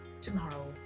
tomorrow